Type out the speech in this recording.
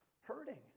hurting